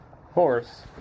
horse